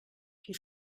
qui